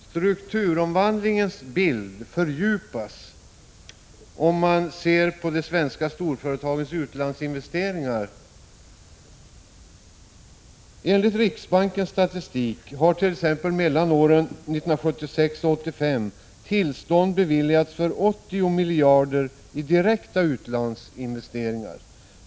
Strukturomvandlingens bild fördjupas om man ser på de svenska storföretagens utlandsinvesteringar. Enligt riksbankens statistik har t.ex. mellan 1976 och 1985 tillstånd beviljats för 80 miljarder i direkta utlandsinvesteringar.